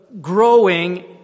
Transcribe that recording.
growing